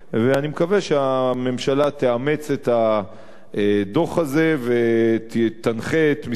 ואני מקווה שהממשלה תאמץ את הדוח הזה ותנחה את משרדי